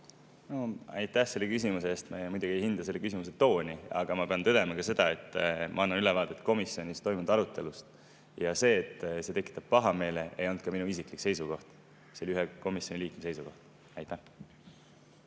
Aitäh selle küsimuse eest! Ma muidugi ei hinda selle küsimuse tooni, aga ma pean tõdema ka seda, et ma annan ülevaadet komisjonis toimunud arutelust. Ja see, et see tekitab pahameele, ei olnud ka mitte minu isiklik seisukoht, vaid oli ühe komisjoniliikme seisukoht. Aitäh